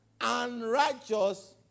unrighteous